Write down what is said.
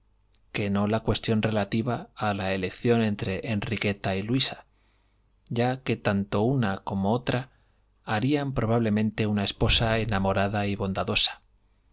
que no la cuestión relativa a la elección entre enriqueta y luisa ya que tanto una como otra harían probablemente una esposa enamorada y bondadosa